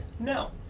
No